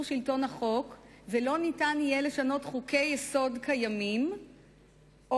שלטון החוק ולא יהיה ניתן לשנות חוקי-יסוד קיימים או